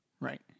Right